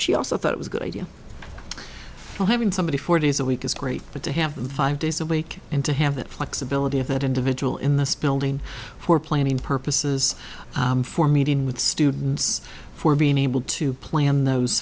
she also thought it was a good idea so having somebody four days a week is great but to have them five days a week and to have that flexibility of that individual in this building for planning purposes for meeting with students for being able to plan those